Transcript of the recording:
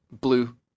blue